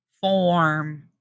form